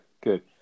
good